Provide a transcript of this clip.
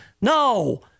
No